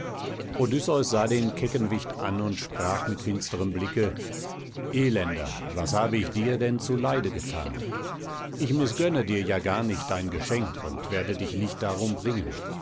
odysseus sah den kecken wicht an und sprach mit finsterem blicke elender was habe ich dir denn zu leide gethan ich mißgönne dir ja gar nicht dein geschenk und werde dich nicht darum bringen